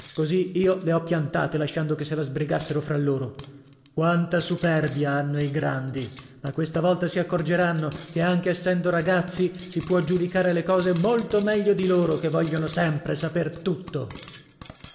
così io le ho piantate lasciando che se la sbrigassero fra loro quanta superbia hanno i grandi ma questa volta si accorgeranno che anche essendo ragazzi si può giudicare le cose molto meglio di loro che voglion sempre saper tutto